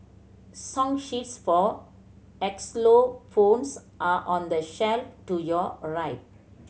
song sheets for xylophones are on the shelf to your right